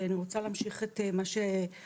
ואני רוצה להמשיך את מה שסיגל,